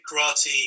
karate